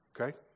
okay